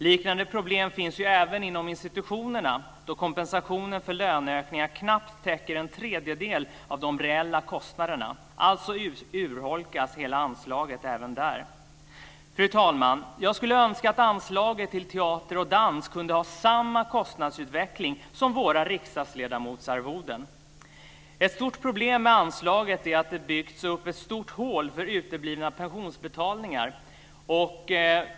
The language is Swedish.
Liknande problem finns ju även inom institutionerna, då kompensationen för löneökningar knappt täcker en tredjedel av de reella kostnaderna. Alltså urholkas hela anslaget även där. Fru talman! Jag skulle önska att anslaget till teater och dans kunde ha samma kostnadsutveckling som våra riksdagsledamotsarvoden. Ett stort problem med anslaget är att det byggs upp ett stort hål för uteblivna pensionsinbetalningar.